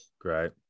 Great